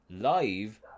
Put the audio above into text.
live